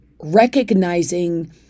recognizing